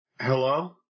Hello